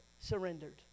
surrendered